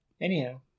Anyhow